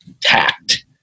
tact